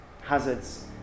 hazards